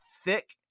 thick